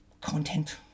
content